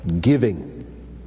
giving